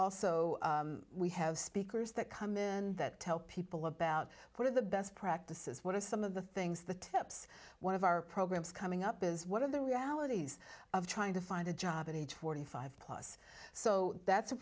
also we have speakers that come in that tell people about what are the best practices what are some of the things the tips one of our programs coming up is one of the realities of trying to find a job at age forty five plus so that's a